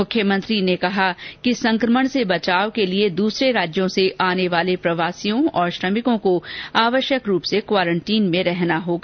मुख्यमंत्री ने कहा कि संक्रमण से बचाव के लिए दूसरे राज्यों से आने वाले प्रवासियों और श्रमिकों को आवश्यक रूप से क्वारेंटीन में रहना होगा